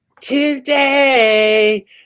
Today